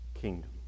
kingdom